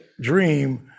dream